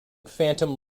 phantom